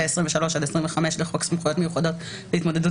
ו- 23 עד 25 לחוק סמכויות מיוחדות להתמודדות